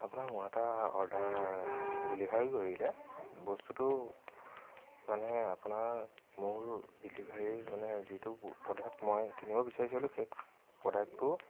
আপোনাৰ মোৰ এটা অৰ্ডাৰ ডেলীভাৰ কৰিলে বস্তুটো মানে আপোনাৰ মোৰ ডেলীভাৰী মানে যিটো প্ৰডাক্ট মই কিনিব বিচাৰিছিলোঁ সেই প্ৰডাক্টটো